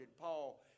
Paul